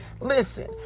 Listen